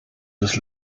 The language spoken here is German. das